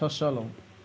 স্বচ্ছল হওঁ